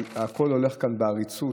אבל הכול הולך כאן בעריצות,